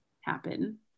happen